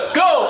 go